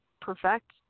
perfect